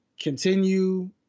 Continue